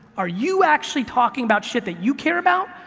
are you actually talking about shit that you care about,